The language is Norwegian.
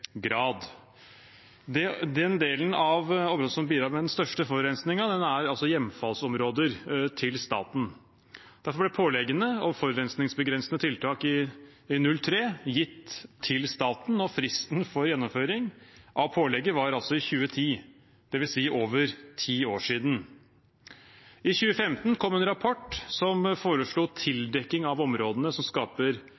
Den delen av området som bidrar med den største forurensningen, er altså hjemfallsområder til staten. Derfor ble pålegget om forurensningsbegrensende tiltak i 2003 gitt til staten, og fristen for gjennomføring av pålegget var i 2010, dvs. for over ti år siden. I 2015 kom en rapport som foreslo